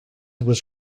was